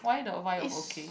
is